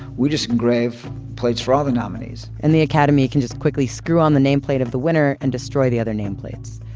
we just engrave plates for all the nominees and the academy can just quickly screw on the nameplate of the winner and destroy the other nameplates.